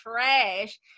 trash